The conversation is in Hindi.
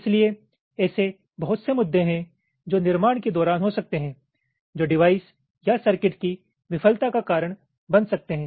इसलिए ऐसे बहुत से मुद्दे हैं जो निर्माण के दौरान हो सकते हैं जो डिवाइस या सर्किट की विफलता का कारण बन सकते हैं